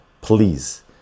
Please